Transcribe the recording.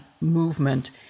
movement